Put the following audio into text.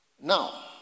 Now